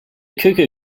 cuckoo